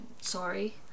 sorry